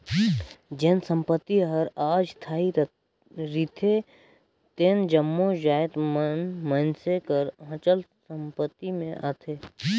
जेन संपत्ति हर अस्थाई रिथे तेन जम्मो जाएत मन मइनसे कर अचल संपत्ति में आथें